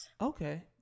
Okay